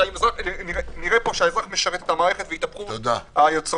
נראה שהאזרח משרת את המערכת והתהפכו היוצרות.